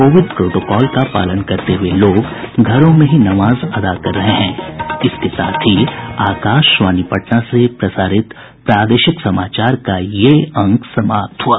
Covid protocol का पालन करते हुये लोग घरों में ही नमाज अदा कर रहे हैं इसके साथ ही आकाशवाणी पटना से प्रसारित प्रादेशिक समाचार का ये अंक समाप्त हुआ